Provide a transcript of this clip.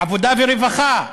עבודה ורווחה,